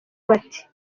bati